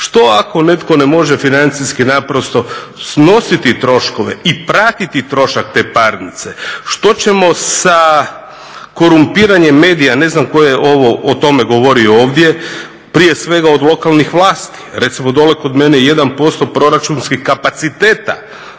Što ako netko ne može financijski naprosto snositi troškove i platiti trošak te parnice. Što ćemo sa korumpiranjem medija? Ne znam tko je o tome govorio ovdje, prije svega od lokalnih vlasti. Recimo dole kod mene je 1% proračunskih kapaciteta